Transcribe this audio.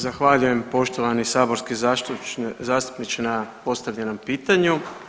Zahvaljujem poštovani saborski zastupniče na postavljenom pitanju.